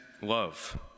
love